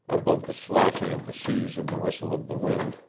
above the slashing of the seas and the whistle of the wind,